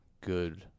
good